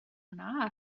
anar